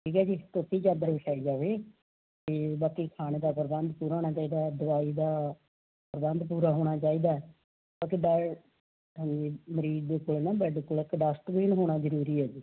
ਠੀਕ ਹੈ ਜੀ ਧੋਤੀ ਚਾਦਰ ਵਿਛਾਈ ਜਾਵੇ ਅਤੇ ਬਾਕੀ ਖਾਣੇ ਦਾ ਪ੍ਰਬੰਧ ਪੂਰਾ ਹੋਣਾ ਚਾਹੀਦਾ ਦਵਾਈ ਦਾ ਪ੍ਰਬੰਧ ਪੂਰਾ ਹੋਣਾ ਚਾਹੀਦਾ ਬਾਕੀ ਡਾ ਹਾਂਜੀ ਮਰੀਜ਼ ਦੇ ਕੋਲ ਨਾ ਬੈਡ ਕੋਲ ਇੱਕ ਡਸਟਬਿਨ ਹੋਣਾ ਜ਼ਰੂਰੀ ਹੈ ਜੀ